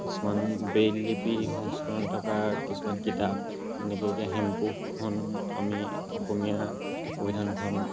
কিছুমান ব্ৰেইল লিপি সংস্কৰণ থকা কিছুমান কিতাপ যেনেকে এতিয়া হেমকোষখন আমি অসমীয়া অভিধানখন